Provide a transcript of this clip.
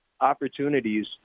opportunities